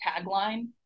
tagline